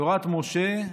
תורת משה,